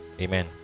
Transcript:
Amen